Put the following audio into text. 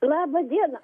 laba diena